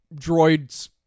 droids